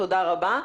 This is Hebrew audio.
תודה רבה.